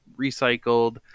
recycled